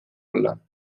olla